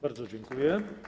Bardzo dziękuję.